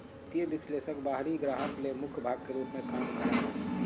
वित्तीय विश्लेषक बाहरी ग्राहक ले मुख्य भाग के रूप में काम करा हइ